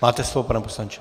Máte slovo, pane poslanče.